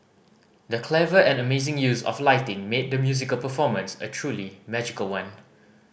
the clever and amazing use of lighting made the musical performance a truly magical one